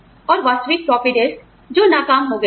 और वास्तविक floppy disk जो नाकाम हो गई है